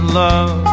love